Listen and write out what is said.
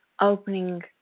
opening